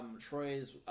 Troy's